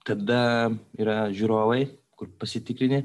tada yra žiūrovai kur pasitikrini